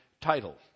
title